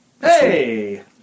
Hey